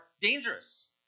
dangerous